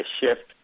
shift